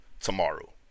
tomorrow